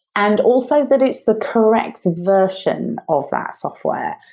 and also that it's the correct version of that software.